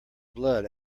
blood